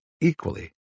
equally